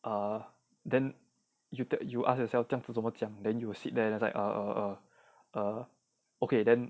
err then you you ask yourself 这样子怎么讲 then you will sit there like uh uh uh uh okay then